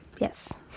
Yes